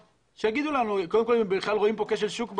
שיגידו לנו אם הם רואים פה בכלל כשל שוק?